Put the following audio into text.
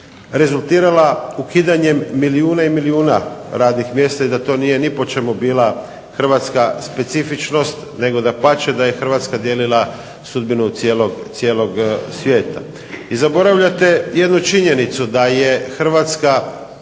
rezultirala ukidanjem milijuna i milijuna radnih mjesta i da to nije ni po čemu bila hrvatska specifičnost nego dapače, da je Hrvatska dijelila sudbinu cijelog svijeta. I zaboravljate jednu činjenicu, da je Hrvatska